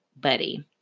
buddy